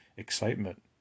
Excitement